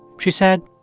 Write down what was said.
she said,